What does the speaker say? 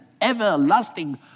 everlasting